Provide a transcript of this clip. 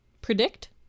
predict